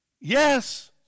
Yes